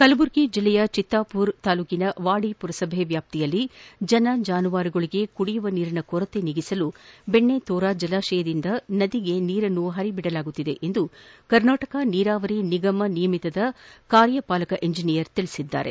ಕಲಬುರಗಿ ಜಿಲ್ಲೆಯ ಚಿತ್ತಾಪುರ ತಾಲೂಕಿನ ವಾಡಿ ಪುರಸಭೆ ವ್ಯಾಪ್ತಿಯಲ್ಲಿ ಜನ ಜಾನುವಾರುಗಳಿಗೆ ಕುಡಿಯುವ ನೀರಿನ ಕೊರತೆ ನೀಗಿಸಲು ಬೆಣ್ಣೆತೋರಾ ಜಲಾಶಯದಿಂದ ನದಿಗೆ ನೀರನ್ನು ಪರಿಬಿಡಲಾಗುತ್ತಿದೆ ಎಂದು ಕರ್ನಾಟಕ ನೀರಾವರಿ ನಿಗಮ ನಿಯಮಿತದ ಕಾಲಪಾಲಕ ಇಂಜೆನಿಯರ್ ತಿಳಿಸಿದ್ದಾರೆ